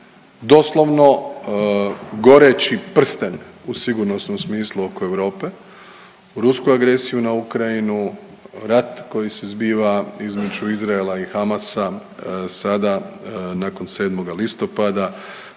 doslovno goreći prsten u sigurnosnom smislu oko Europe. Rusku agresiju na Ukrajinu, rat koji se zbiva između Izraela i Hamasa sada nakon 7. listopada